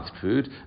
food